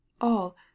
All